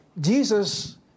Jesus